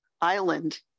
island